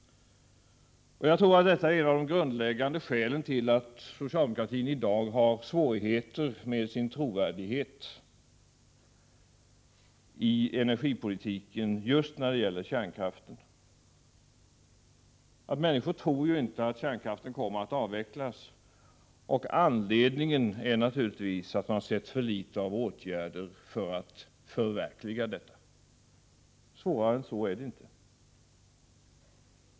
Jag tror att detta är ett av de grundläggande skälen till att socialdemokratin idag har svårigheter med sin trovärdighet i energipolitiken, just när det gäller kärnkraften. Människor tror ju inte att kärnkraften kommer att avvecklas. Anledningen är naturligtvis att man har sett för litet av åtgärder för att förverkliga detta. Svårare än så är det inte!